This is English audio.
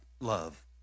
love